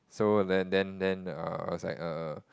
so then then then err I was like err